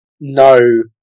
no